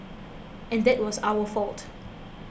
and that was our fault